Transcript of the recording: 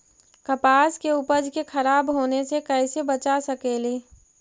कपास के उपज के खराब होने से कैसे बचा सकेली?